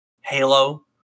Halo